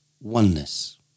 oneness